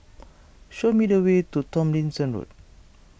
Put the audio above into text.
show me the way to Tomlinson Road